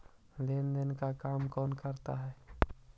लेन देन का काम कौन करता है?